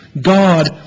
God